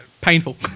Painful